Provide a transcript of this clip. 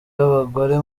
b’abagore